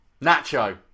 Nacho